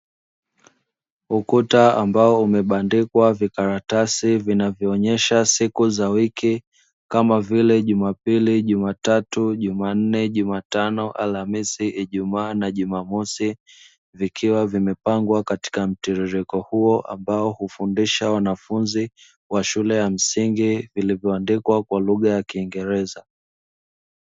Ukuta ambao umebandikwa vikaratasi vinavyoonyesha siku za wiki, kama vile jumapili, jumatatu, jumanne, jumatano, alhamisi, ijumaa na jumamosi, vikiwa vimepangwa katika mtiririko huo ambao hufundisha wanafunzi wa shule ya msingi vilivyoandikwa kwa lugha ya kiingereza.